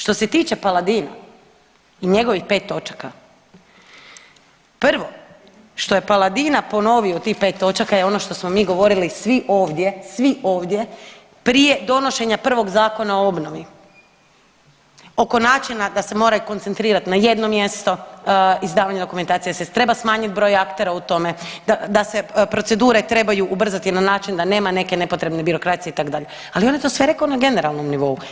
Što se tiče Paladina i njegovih 5 točaka, prvo što je Paladina ponovio u tih 5 točaka je ono što smo mi govorili svi ovdje, svi ovdje prije donošenja prvog Zakona o obnovi, oko načina da se moraju koncentrirat na jedno mjesto, izdavanje dokumentacije se treba smanjit broj aktera u tome, da se procedure trebaju ubrzati na način da nema neke nepotrebne birokracije itd., al on je to sve rekao na generalnom nivou.